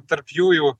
tarp jųjų